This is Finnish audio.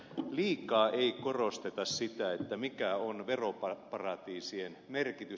liikaa ei korosteta sitä mikä on veroparatiisien merkitys